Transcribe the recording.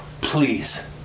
please